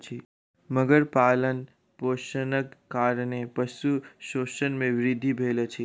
मगर पालनपोषणक कारणेँ पशु शोषण मे वृद्धि भेल अछि